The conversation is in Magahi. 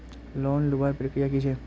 लोन लुबार प्रक्रिया की की छे?